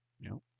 No